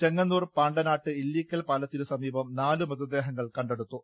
ചെങ്ങന്നൂർ പാണ്ടനാട്ട് ഇല്ലിക്കൽ പാലത്തിനുസമീപം നാലുമൃതദേഹങ്ങൾ കണ്ടെടുത്തു